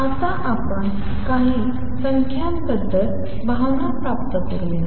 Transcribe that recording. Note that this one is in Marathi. आता आपण काही संख्यांबद्दल भावना प्राप्त करूया